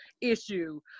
issue